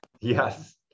Yes